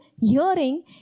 hearing